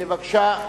בבקשה,